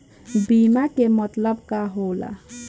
बीमा के मतलब का होला?